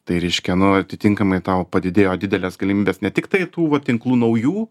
tai reiškia nu atitinkamai tau padidėjo didelės galimybės ne tiktai tų va tinklų naujų